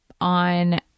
on